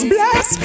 Bless